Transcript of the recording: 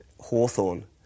Hawthorne